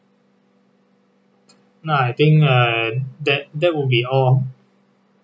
no I think err that that will be all